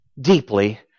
deeply